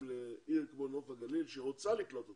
לעיר כמו נוף הגליל שרוצה לקלוט אותם.